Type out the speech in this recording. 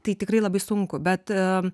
tai tikrai labai sunku bet